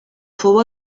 fou